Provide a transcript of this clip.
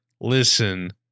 listen